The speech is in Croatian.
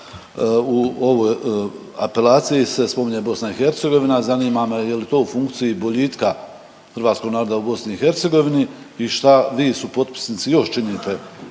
u ovoj apelaciji se spominje BiH zanima me je li to u funkciji boljitka hrvatskog naroda u BiH i šta vi supotpisnici još činite ili